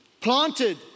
Planted